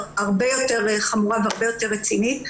הרבה יותר חמורה והרבה יותר רצינית.